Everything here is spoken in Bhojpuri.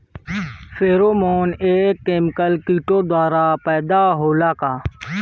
फेरोमोन एक केमिकल किटो द्वारा पैदा होला का?